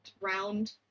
round